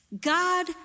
God